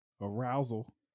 arousal